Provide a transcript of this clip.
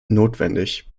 notwendig